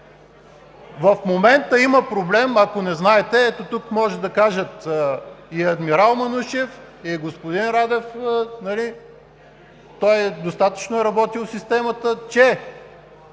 В момента има проблем – ако не знаете, ето тук може да кажат и адмирал Манушев, и господин Радев, той достатъчно е работил в системата, че